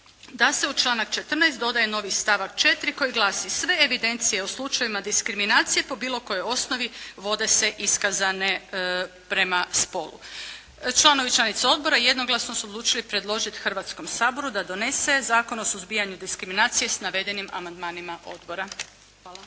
da se u članak 14. dodaje novi stavak 4. koji glasi: "Sve evidencije o slučajevima diskriminacije po bilo kojoj osnovi vode se iskazane prema spolu.". Članovi i članice Odbora jednoglasno su odlučili predložiti Hrvatskom saboru da donese Zakon o suzbijanju diskriminacije sa navedenim amandmanima odbora. Hvala.